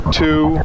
two